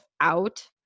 out